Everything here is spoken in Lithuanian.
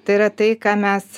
tai yra tai ką mes